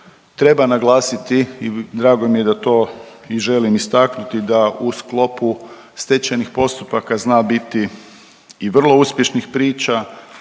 treba naglasiti i drago mi je da to i želim istaknuti da u sklopu stečajnih postupaka zna biti i vrlo uspješnih priča,